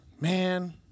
man